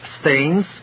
stains